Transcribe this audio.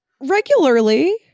Regularly